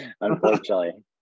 unfortunately